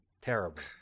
Terrible